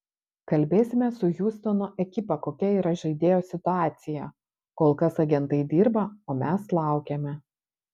kalbėsime su hjustono ekipa kokia yra žaidėjo situacija kol kas agentai dirba o mes laukiame